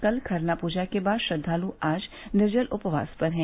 कल खरना पूजा के बाद श्रद्वालु आज निर्जल उपवास पर हैं